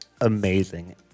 amazing